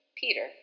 Peter